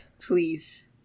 Please